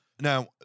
Now